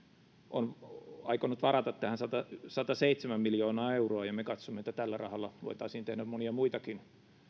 on aikonut varata tähän sataseitsemän miljoonaa euroa ja me katsomme että tällä rahalla voitaisiin tehdä monia muitakin